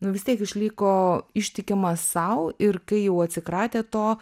nu vis tiek išliko ištikimas sau ir kai jau atsikratė to